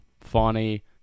funny